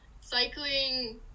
cycling